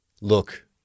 look